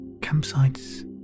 campsite's